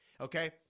okay